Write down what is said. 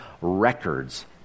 records